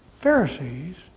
Pharisees